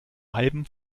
halben